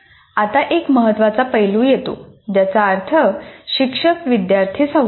आता एक महत्त्वाचा पैलू येतो ज्याचा अर्थ शिक्षक विद्यार्थी संवाद